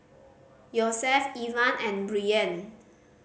Yosef Ivan and Brien